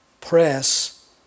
press